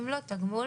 הכנסה.